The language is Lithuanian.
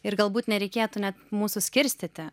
ir galbūt nereikėtų net mūsų skirstyti